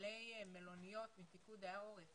מנהלי מלוניות מפיקוד העורף